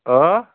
ഓ